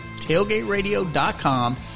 tailgateradio.com